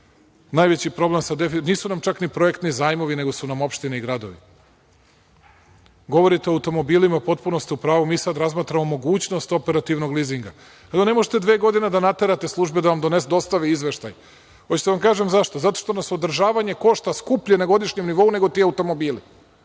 koja plaća sve, nisu nam čak ni projektni zajmovi, nego su nam opštine i gradovi. Govorite o automobilima, potpuno ste u pravu. Mi sada razmatramo mogućnost operativnog lizinga. Ne možete dve godine da naterate službe da vam dostave izveštaj. Hoćete da vam kažem zašto? Zato što nas održavanje košta skuplje na godišnjem nivou nego ti automobili.